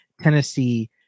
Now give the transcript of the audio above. Tennessee